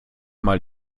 mal